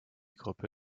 gruppe